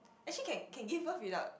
actually can can give birth without